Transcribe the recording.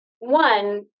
One